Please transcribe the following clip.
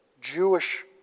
Jewish